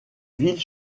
ville